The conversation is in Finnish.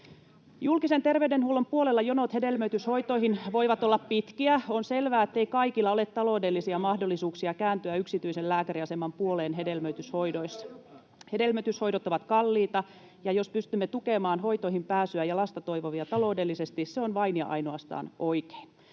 Julkisen terveydenhuollon puolella jonot hedelmöityshoitoihin voivat olla pitkiä. On selvää, ettei kaikilla ole taloudellisia mahdollisuuksia kääntyä yksityisen lääkäriaseman puoleen hedelmöityshoidoissa. Hedelmöityshoidot ovat kalliita, ja jos pystymme tukemaan hoitoihin pääsyä ja lasta toivovia taloudellisesti, se on vain ja ainoastaan oikein.